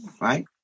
Right